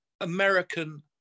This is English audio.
American